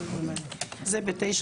זה ב-9,